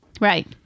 Right